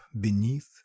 beneath